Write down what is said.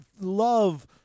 love